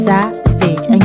Savage